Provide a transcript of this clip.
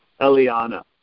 Eliana